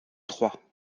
trois